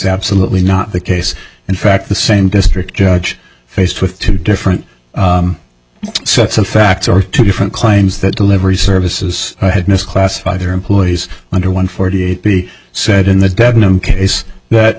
absolutely not the case in fact the same district judge faced with two different sets of facts are two different clients that delivery services i had missed classify their employees under one forty eight b said in the dead known case that